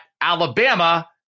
Alabama